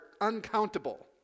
uncountable